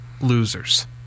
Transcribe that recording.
losers